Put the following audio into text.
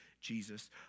Jesus